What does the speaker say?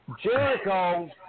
Jericho